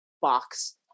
box